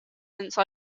since